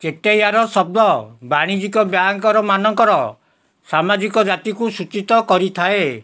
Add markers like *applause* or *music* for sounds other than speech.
*unintelligible* ଶବ୍ଦ ବାଣିଜ୍ୟିକ ବ୍ୟାଙ୍କରମାନଙ୍କର ସାମାଜିକ ଜାତିକୁ ସୂଚିତ କରିଥାଏ